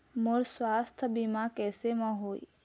मोर सुवास्थ बीमा कैसे म होही?